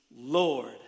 Lord